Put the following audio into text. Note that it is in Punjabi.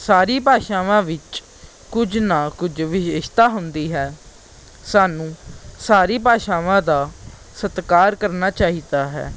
ਸਾਰੀ ਭਾਸ਼ਾਵਾਂ ਵਿੱਚ ਕੁਝ ਨਾ ਕੁਝ ਵਿਸ਼ੇਸ਼ਤਾ ਹੁੰਦੀ ਹੈ ਸਾਨੂੰ ਸਾਰੀ ਭਾਸ਼ਾਵਾਂ ਦਾ ਸਤਿਕਾਰ ਕਰਨਾ ਚਾਹੀਦਾ ਹੈ